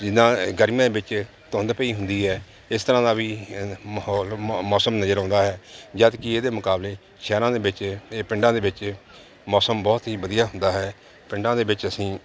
ਜਿੱਦਾਂ ਗਰਮੀਆਂ ਦੇ ਵਿੱਚ ਧੁੰਦ ਪਈ ਹੁੰਦੀ ਹੈ ਇਸ ਤਰ੍ਹਾਂ ਦਾ ਵੀ ਮਾਹੌਲ ਮ ਮੌਸਮ ਨਜ਼ਰ ਆਉਂਦਾ ਹੈ ਜਦੋਂ ਕਿ ਇਹਦੇ ਮੁਕਾਬਲੇ ਸ਼ਹਿਰਾਂ ਦੇ ਵਿੱਚ ਇਹ ਪਿੰਡਾਂ ਦੇ ਵਿੱਚ ਮੌਸਮ ਬਹੁਤ ਹੀ ਵਧੀਆ ਹੁੰਦਾ ਹੈ ਪਿੰਡਾਂ ਦੇ ਵਿੱਚ ਅਸੀਂ